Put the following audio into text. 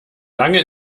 lange